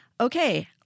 Okay